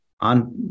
on